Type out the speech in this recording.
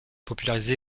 popularisé